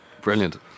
Brilliant